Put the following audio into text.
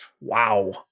Wow